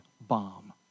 bomb